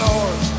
Lord